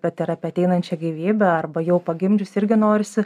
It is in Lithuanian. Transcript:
bet ir apie ateinančią gyvybę arba jau pagimdžius irgi norisi